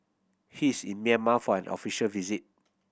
he is in Myanmar for an official visit